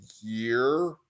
year